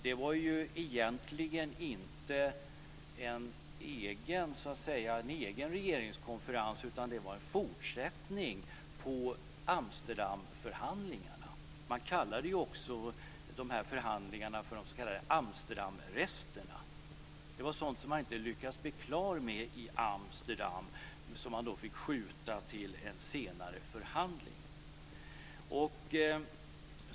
Det var egentligen inte en egen regeringskonferens, utan det var en fortsättning på Amsterdamförhandlingarna. Man kallade också de här förhandlingarna de s.k. Amsterdamresterna. Det var sådant som man inte lyckades bli klar med i Amsterdam som man fick skjuta till en senare förhandling.